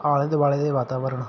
ਆਲੇ ਦੁਆਲੇ ਦੇ ਵਾਤਾਵਰਣ